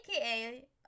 aka